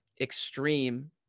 extreme